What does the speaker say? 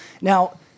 Now